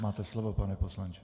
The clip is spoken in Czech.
Máte slovo, pane poslanče.